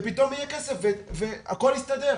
פתאום יהיה כסף והכל יסתדר,